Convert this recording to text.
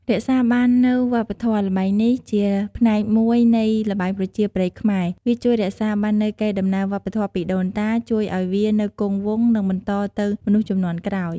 រក្សាបាននូវវប្បធម៌ ល្បែងនេះជាផ្នែកមួយនៃល្បែងប្រជាប្រិយខ្មែរ វាជួយរក្សាបាននូវកេរដំណែលវប្បធម៌ពីដូនតា ជួយឲ្យវានៅគង់វង្ស និងបន្តទៅមនុស្សជំនាន់ក្រោយ។